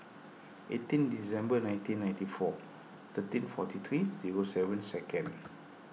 eighteen December nineteen ninety four thirteen forty three zero seven second